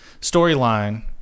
storyline